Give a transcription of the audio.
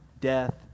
death